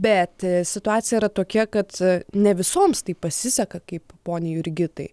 bet situacija yra tokia kad ne visoms taip pasiseka kaip poniai jurgitai